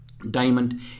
Diamond